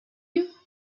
you